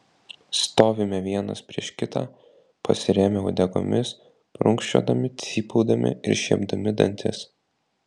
stovime vienas prieš kitą pasirėmę uodegomis prunkščiodami cypaudami ir šiepdami dantis